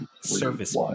service